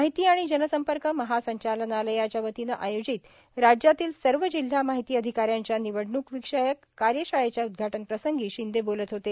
माहिती आणि जनसंपर्क महासंचालनालयाच्यावतीनं आयोजित राज्यातील सर्व जिल्हा माहिती अधिकाऱ्यांच्या निवडणूकविषयक कार्यशाळेच्या उद्घाटनप्रसंगी शिंदे बोलत होते